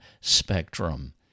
spectrum